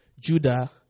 Judah